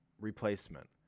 replacement